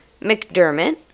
McDermott